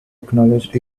acknowledged